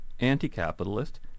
anti-capitalist